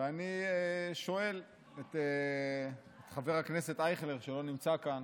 ואני שואל את חבר הכנסת אייכלר, שלא נמצא כאן,